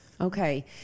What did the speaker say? okay